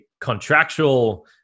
contractual